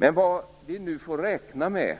Men nu